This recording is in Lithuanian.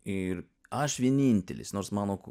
ir aš vienintelis nors mano